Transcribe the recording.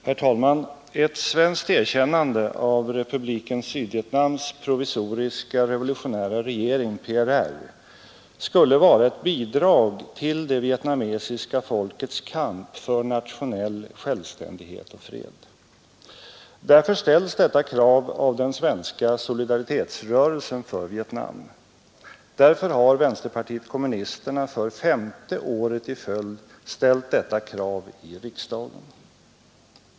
Herr talman! Ett svenskt erkännande av Republiken Sydvietnams provisoriska revolutionära regering, PRR, skulle vara ett bidrag till det vietnamesiska folkets kamp för nationell självständighet och fred. Därför ställs detta krav av den svenska solidaritetsrörelsen för Vietnam. Därför har vänsterpartiet kommunisterna för femte året i följd ställt detta krav i riksdagen.